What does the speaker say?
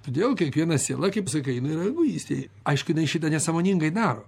todėl kiekviena siela kaip sakai nu yra egoistė aišku jinai šitą nesąmoningai daro